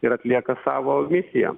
ir atlieka savo misiją